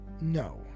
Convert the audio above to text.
No